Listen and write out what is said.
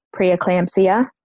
preeclampsia